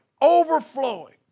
Overflowing